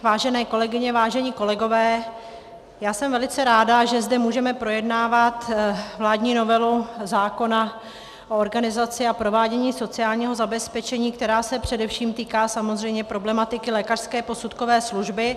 Vážené kolegyně, vážení kolegové, já jsem velice ráda, že zde můžeme projednávat vládní novelu zákona o organizaci a provádění sociálního zabezpečení, která se především samozřejmě týká problematiky lékařské posudkové služby.